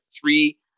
three